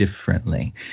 differently